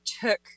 took-